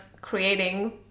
creating